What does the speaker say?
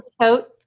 coat